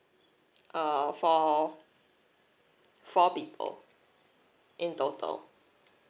uh for four people in total